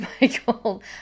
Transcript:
Michael